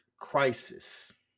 crisis